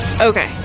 Okay